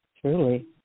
truly